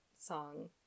song